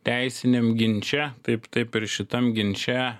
teisiniam ginče taip taip ir šitam ginče